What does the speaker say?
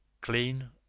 Clean